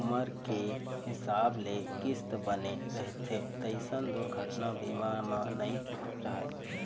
उमर के हिसाब ले किस्त बने रहिथे तइसन दुरघना बीमा म नइ रहय